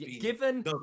Given